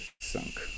sunk